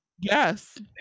Yes